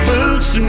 Boots